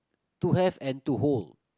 to have and to hold